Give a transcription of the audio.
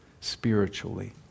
spiritually